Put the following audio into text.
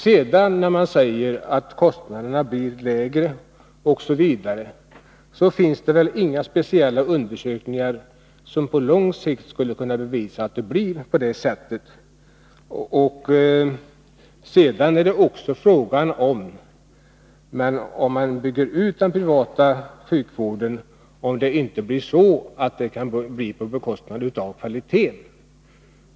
Beträffande talet om att kostnaderna blir lägre i den privata sjukvården vill jag säga att det inte gjorts några undersökningar som skulle kunna bevisa att det på lång sikt blir på det sättet. En annan fråga är om det dessutom inte är så att en utbyggnad av den privata sjukvården skulle få göras på bekostnad av kvaliteten.